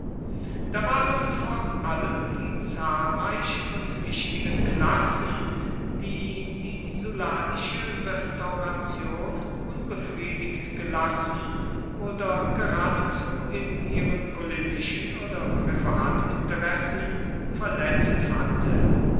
da waren vor allem die zahlreichen und wichtigen klassen die die sullanische restauration unbefriedigt gelassen oder geradezu in ihren politischen oder privatinteressen verletzt hatte